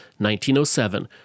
1907